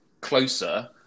closer